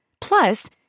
Plus